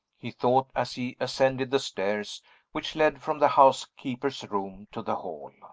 he thought, as he ascended the stairs which led from the housekeeper's room to the hall.